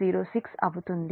06 అవుతుంది